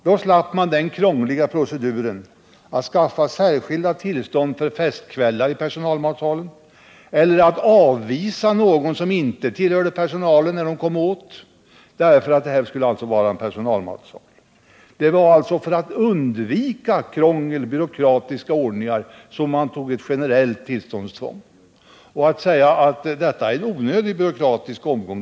Då slapp man den krångliga proceduren att skaffa särskilda tillstånd för festkvällar i personalmatsalen eller att avvisa sådana som inte tillhör personalen men som skulle vilja äta i personalmatsalen. Det var alltså för att undvika krångel och byråkratiska omgångar som man införde ett generellt tillståndstvång. Jag tycker därför att det är fel att säga att det är fråga om en onödig byråkratisk omgång.